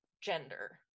gender